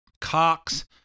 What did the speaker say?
Cox